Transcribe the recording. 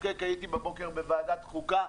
הייתי בבוקר בוועדת החוקה,